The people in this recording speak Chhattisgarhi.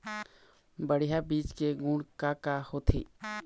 बढ़िया बीज के गुण का का होथे?